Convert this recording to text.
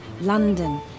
London